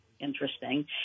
interesting